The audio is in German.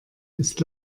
ist